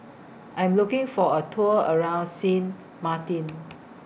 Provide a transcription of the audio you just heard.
I Am looking For A Tour around Sint Maarten